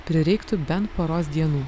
prireiktų bent poros dienų